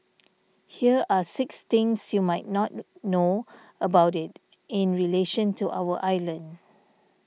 here are six things you might not know about it in relation to our island